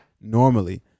normally